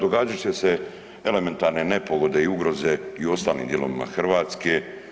Događat će se elementarne nepogode i ugroze i u ostalim dijelovima Hrvatske.